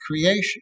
creation